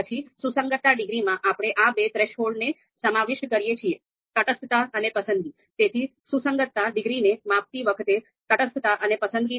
પછી સુસંગતતા ડિગ્રીમાં આપણે આ બે થ્રેશોલ્ડને સમાવિષ્ટ કરીએ છીએ તટસ્થતા અને પસંદગી